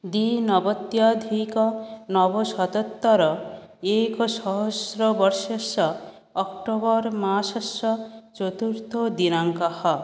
द्विनवत्यधिकनवशतोत्तर एकसहस्रवर्षस्य अक्टोबर्मासस्य चतुर्थदिनाङ्कः